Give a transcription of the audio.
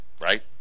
right